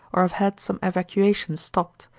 or have had some evacuation stopped,